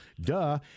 duh